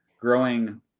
growing